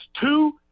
two